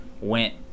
went